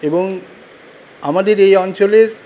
এবং আমাদের এই অঞ্চলের